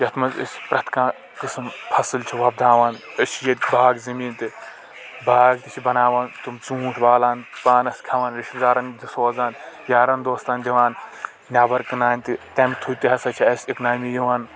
یتھ منٛز أسۍ پرٛٮ۪تھ کانٛہہ قٔسٕم فصل چھ وۄپداوان أسۍ چھُ ییٚتہِ باغہٕ زمیٖن تہِ باغ تہِ چھ بناوان تم ژوٗنٛٹھۍ والان پانس کھٮ۪وان رِشتہٕ دارن سوزن یارن دوستن دِوان نیٚبر کٔنان تہِ تَمہِ تھروٗ تہِ ہسا چھ اَسہِ اِکنامی یِوان